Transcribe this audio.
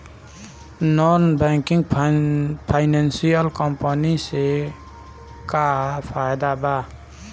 Non banking financial company से का फायदा बा?